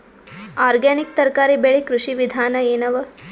Organic ತರಕಾರಿ ಬೆಳಿ ಕೃಷಿ ವಿಧಾನ ಎನವ?